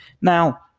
Now